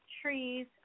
trees